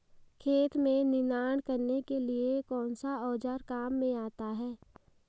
खेत में निनाण करने के लिए कौनसा औज़ार काम में आता है?